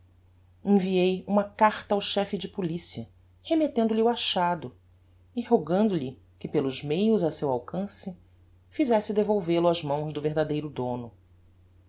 enviei uma carta ao chefe de policia remettendo lhe o achado e rogando lhe que pelos meios a seu alcance fizesse devolvel o ás mãos do verdadeiro dono